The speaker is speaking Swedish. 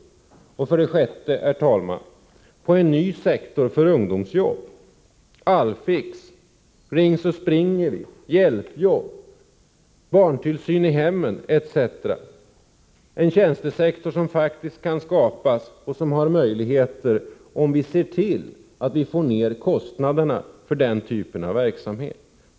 6. En ny sektor för ungdomsjobb; All-Fix, Ring så springer vi, hjälpjobb, barntillsyn i hemmen etc. En sådan tjänstesektor kan faktiskt skapas och har möjligheter, om vi ser till att få ner kostnaderna för den typen av verksamhet.